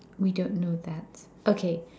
we don't know that okay